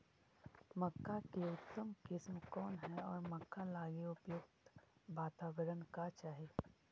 मक्का की उतम किस्म कौन है और मक्का लागि उपयुक्त बाताबरण का चाही?